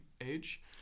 age